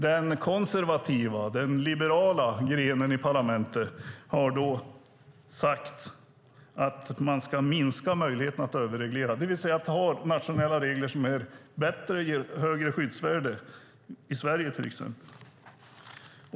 Den konservativa, den liberala grenen i parlamentet har alltså sagt att man ska minska möjligheten att överreglera, det vill säga ha nationella regler som är bättre och ger högre skyddsvärde i Sverige till exempel.